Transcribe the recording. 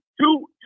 two